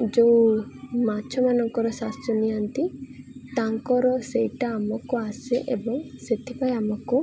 ଯେଉଁ ମାଛମାନଙ୍କର ଶ୍ଵାସ ନିଅନ୍ତି ତାଙ୍କର ସେଇଟା ଆମକୁ ଆସେ ଏବଂ ସେଥିପାଇଁ ଆମକୁ